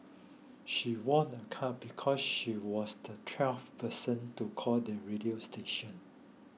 she won a car because she was the twelfth person to call the radio station